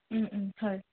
হয়